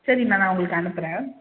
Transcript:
சரி நான் நான் உங்களுக்கு அனுப்புகிறேன்